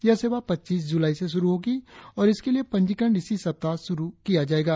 यह सेवा पच्चीस जुलाई से शुरु होगी और इसके लिए पंजीकरण इसी सप्ताह शुरु किया जायेगा